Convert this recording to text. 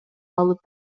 алып